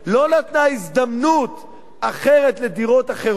לא נתנה הזדמנות אחרת לדירות אחרות.